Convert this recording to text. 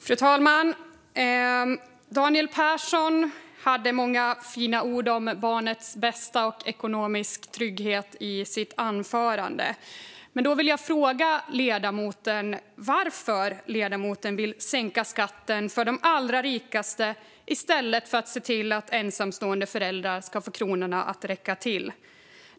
Fru talman! Daniel Persson sa i sitt anförande många fina ord om barnets bästa och ekonomisk trygghet. Men varför vill ledamoten sänka skatten för de allra rikaste i stället för att se till att ensamstående föräldrar får kronorna att räcka till?